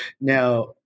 Now